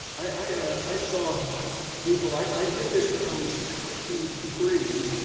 i saw ah people, i i did this when i was twenty three,